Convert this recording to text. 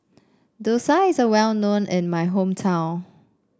Dosa is a well known in my hometown